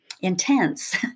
intense